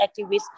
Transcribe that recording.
activists